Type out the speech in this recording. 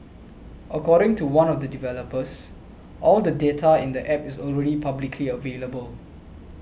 according to one of the developers all the data in the app is already publicly available